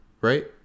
right